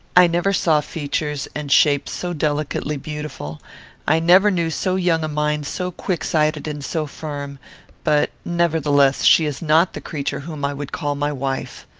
i never saw features and shape so delicately beautiful i never knew so young a mind so quick-sighted and so firm but, nevertheless, she is not the creature whom i would call my wife.